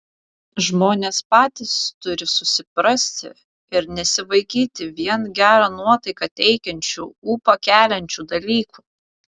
žmonės patys turi susiprasti ir nesivaikyti vien gerą nuotaiką teikiančių ūpą keliančių dalykų